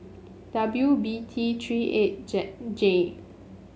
W B T Three eight J